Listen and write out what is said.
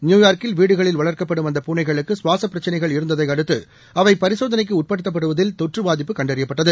நியூயார்க்கில்வீடுகளில்வளர்க்கப்படும்அந்தப்பூனைகளுக்குசுவாசப்பிரச்சி னைகள்இருந்ததைஅடுத்துஅவைபரிசோதனைக்குஉட்படுத்தப்பட்டதில்தொற்று பாதிப்புகண்டறியப்பட்டது